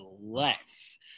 less